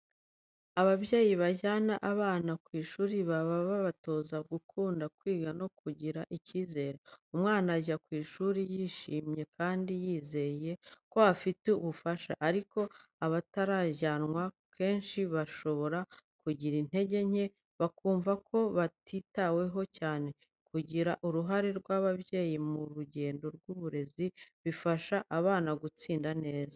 Ababyeyi bajyana abana ku ishuri baba babatoza gukunda kwiga no kugira icyizere. Umwana ajya ku ishuri yishimye kandi yizeye ko afite ubufasha. Ariko abatarajyanwa, kenshi bashobora kugira intege nke, bakumva ko batitaweho cyane. Kugira uruhare rw’ababyeyi mu rugendo rw’uburezi, bifasha abana gutsinda neza.